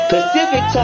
Pacific